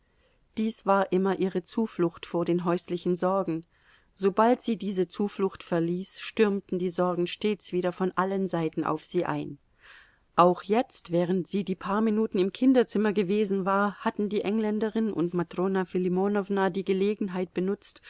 dies war immer ihre zuflucht vor den häuslichen sorgen sobald sie diese zuflucht verließ stürmten die sorgen stets wieder von allen seiten auf sie ein auch jetzt während sie die paar minuten im kinderzimmer gewesen war hatten die engländerin und matrona filimonowna die gelegenheit benutzt